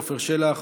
עפר שלח,